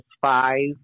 five